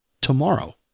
tomorrow